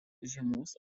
žiemos